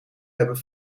hebben